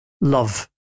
love